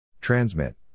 transmit